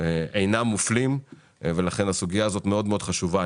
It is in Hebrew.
אינם מופלים, ולכן הסוגיה הזאת מאוד חשובה.